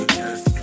yes